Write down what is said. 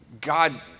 God